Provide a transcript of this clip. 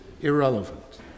irrelevant